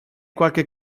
qualche